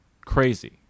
crazy